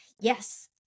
Yes